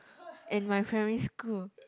and my primary school